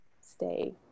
stay